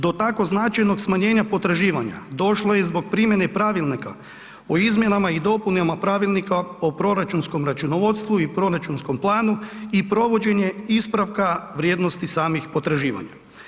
Do tako značajnog smanjenja potraživanja došlo je zbog primjene pravilnika o izmjenama i dopunama Pravilnika o proračunskom računovodstvu i proračunskom planu i provođenje ispravka vrijednosti samih potraživanja.